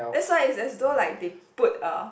that's why it's as though like they put a